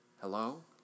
Hello